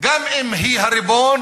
גם אם היא הריבון,